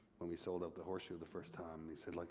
when we sold out the horseshoe the first time, and he said, like